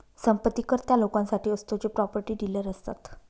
संपत्ती कर त्या लोकांसाठी असतो जे प्रॉपर्टी डीलर असतात